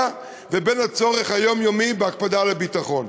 ובין הצורך היומיומי בהקפדה על הביטחון.